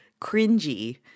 cringy